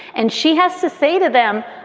and she has to say to them,